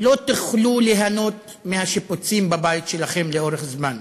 לא תוכלו ליהנות מהשיפוצים בבית שלכם לאורך זמן,